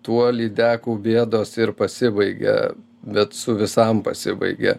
tuo lydekų bėdos ir pasibaigia bet su visam pasibaigia